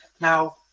now